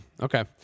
okay